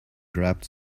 grabbed